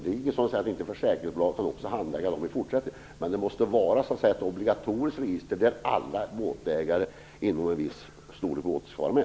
Det är ingenting som säger att försäkringsbolagen inte kan handlägga det i fortsättningen också, men det måste vara ett obligatoriskt register, där alla båtar av en viss storlek skall vara med.